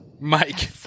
Mike